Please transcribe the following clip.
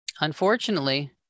unfortunately